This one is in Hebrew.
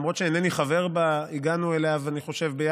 למרות שאינני חבר בה אני חושב שהגענו אליו ביחד,